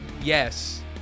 Yes